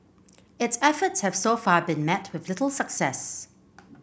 its efforts have so far been met with little success